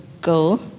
go